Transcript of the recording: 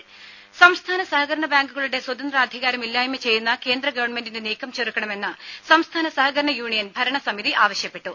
രുര സംസ്ഥാന സഹകരണ ബാങ്കുകളുടെ സ്വതന്ത്രാധികാരം ഇല്ലായ്മ ചെയ്യുന്ന കേന്ദ്രഗവൺമെന്റിന്റെ നീക്കം ചെറുക്കണമെന്ന് സംസ്ഥാന സഹകരണ യൂണിയൻ ഭരണസമിതി ആവശ്യപ്പെട്ടു